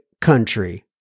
country